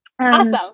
Awesome